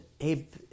Abe